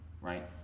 right